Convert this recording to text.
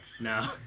No